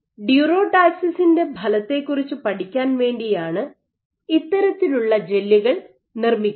ഡ്യൂറോടാക്സിസിന്റെ ഫലത്തെ കുറിച്ച് പഠിക്കാൻ വേണ്ടിയാണ് ഇത്തരത്തിലുള്ള ജെല്ലുകൾ നിർമ്മിക്കുന്നത്